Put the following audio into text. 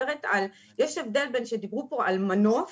יש הבדל בין שדיברו פה על מנוף